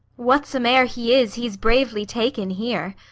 what some'er he is, he's bravely taken here.